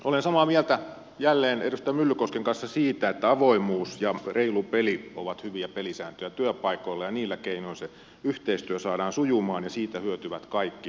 olen samaa mieltä jälleen edustaja myllykosken kanssa siitä että avoimuus ja reilu peli ovat hyviä pelisääntöjä työpaikoilla ja niillä keinoin se yhteistyö saadaan sujumaan ja siitä hyötyvät kaikki